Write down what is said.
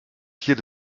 pied